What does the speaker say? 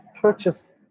purchase